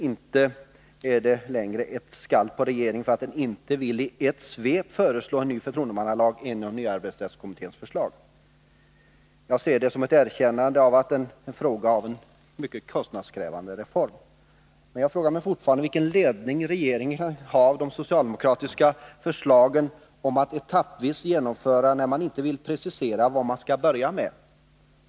Det är inte längre ett skall på regeringen för att den inte i ett svep vill föreslå en ny förtroendemannalag inom nya arbetsrättskommitténs förslag. Jag ser det som ett erkännande från socialdemokraterna att det är fråga om en mycket kostnadskrävande reform. Men jag frågar mig fortfarande vilken ledning regeringen kan ha av de socialdemokratiska förslagen om ett etappvis genomförande, när socialdemokraterna inte vill precisera vad man skall börja med.